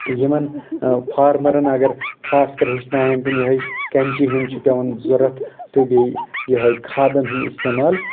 یِمن فارمرن اگر خاص کر ہیٚچھناٮ۪ن تِم یہٕے کینچی ہُنٛد ضروٗرت تہٕ بیٚیہِ یہٕے کھادن ہُنٛد استعمال